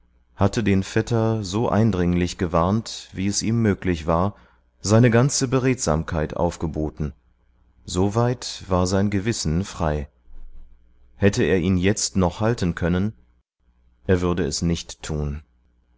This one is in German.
hatte den vetter so eindringlich gewarnt wie es ihm möglich war seine ganze beredsamkeit aufgeboten soweit war sein gewissen frei hätte er ihn jetzt noch halten können er würde es nicht tun